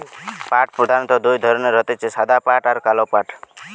পাট প্রধানত দুই ধরণের হতিছে সাদা পাট আর কালো পাট